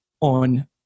on